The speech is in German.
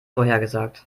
vorhergesagt